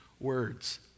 words